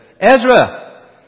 Ezra